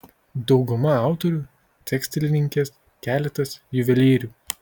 dauguma autorių tekstilininkės keletas juvelyrių